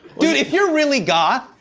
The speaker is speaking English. if you're really goth.